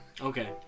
Okay